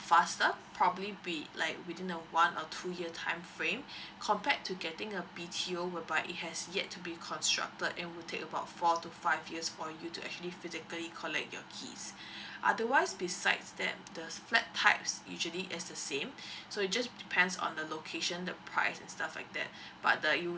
faster probably be like within the one or two year time frame compared to getting a B_T_O whereby it has yet to be constructed and would take about four to five years for you to actually physically collect your keys otherwise besides that the flat types usually is the same so it just depends on the location the price and stuff like that but uh you